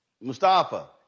Mustafa